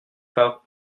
pas